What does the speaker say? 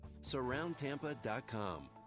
surroundtampa.com